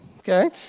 Okay